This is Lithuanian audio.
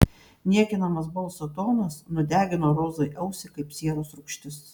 niekinamas balso tonas nudegino rozai ausį kaip sieros rūgštis